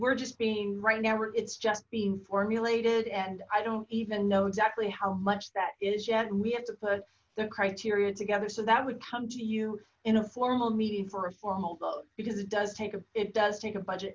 we're just being right now it's just being formulated and i don't even know exactly how much that is yet and we have to put the criteria together so that would come to you in a formal meeting for a formal vote because it does take it does take a budget